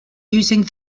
using